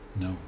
no